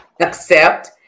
accept